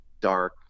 dark